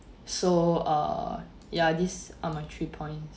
so err ya these are my three point